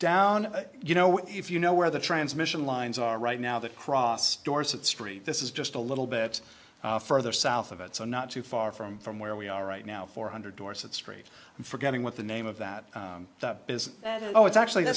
down you know if you know where the transmission lines are right now that cross dorset street this is just a little bit further south of it so not too far from from where we are right now four hundred dorset street forgetting what the name of that is and oh it's actually the